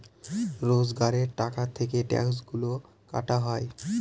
রোজগারের টাকা থেকে ট্যাক্সগুলা কাটা হয়